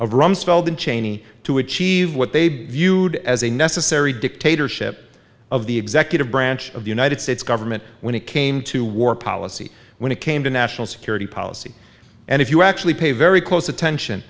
of rumsfeld and cheney to achieve what they viewed as a necessary dictatorship of the executive branch of the united states government when it came to war policy when it came to national security policy and if you actually pay very close attention